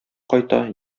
кайта